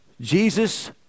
Jesus